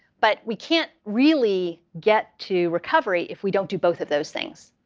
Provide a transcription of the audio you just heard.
but we can't really get to recovery if we don't do both of those things.